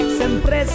sempre